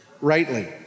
rightly